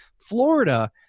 Florida